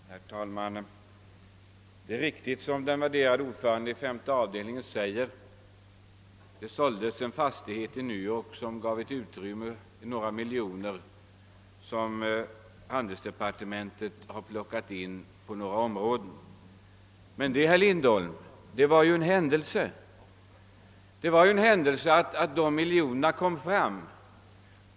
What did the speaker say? Herr talman! Det är riktigt som den värderade ordföranden i femte avdelningen säger: en fastighet såldes i New York som gav ett utrymme på några miljoner kronor och som handelsdepartementet har plockat in på några områden. Men, herr Lindholm, det var ju en händelse, en tillfällighet att dessa miljoner kom fram.